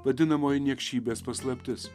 vadinamoji niekšybės paslaptis